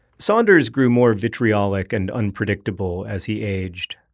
saunders grew more vitriolic and unpredictable as he aged.